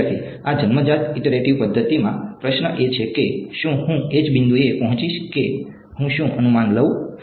વિદ્યાર્થી આ જન્મજાત ઈટરેટીવ પદ્ધતિમાં પ્રશ્ન એ છે કે શું હું એ જ બિંદુએ પહોંચીશ કે હું શું અનુમાન લઉં